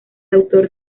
autor